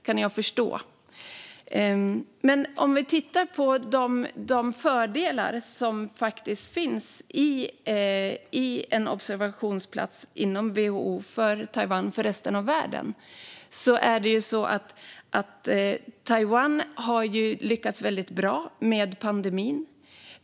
Låt oss se på de fördelar som finns för resten av världen om Taiwan har en observatörsplats i WHO. Taiwan har lyckats väldigt bra med pandemin.